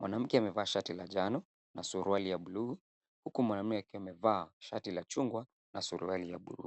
Mwanamke amevaa shati la njano na suruali ya bluu huku mwanamme akiwa amevaa shati la chungwa na suruali ya bluu.